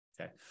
Okay